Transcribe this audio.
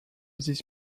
this